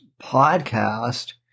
podcast